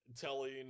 Telling